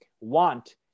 want